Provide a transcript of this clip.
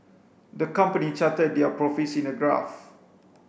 the company charted their profits in a graph